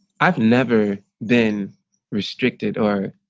i've never been restricted or